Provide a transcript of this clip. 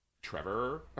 Trevor